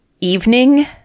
evening